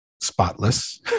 spotless